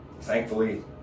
thankfully